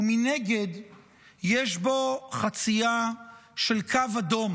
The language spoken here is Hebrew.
ומנגד יש בו חצייה של קו אדום